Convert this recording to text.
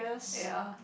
ya